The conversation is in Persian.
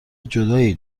جدایی